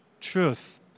truth